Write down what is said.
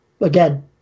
Again